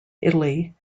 italy